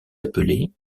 appelée